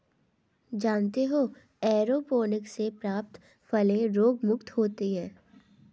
जानते हो एयरोपोनिक्स से प्राप्त फलें रोगमुक्त होती हैं